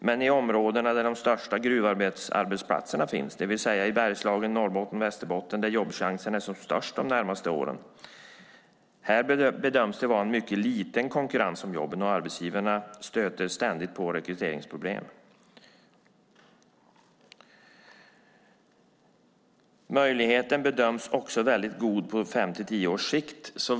Men i områdena där de största arbetsplatserna för gruvarbetare finns, det vill säga i Bergslagen, Norrbotten och Västerbotten där jobbchanserna är störst de närmaste åren, bedöms det vara liten konkurrens om jobben. Arbetsgivarna stöter ständigt på rekryteringsproblem. Möjligheterna att rekrytera bedöms vara goda på fem till tio års sikt.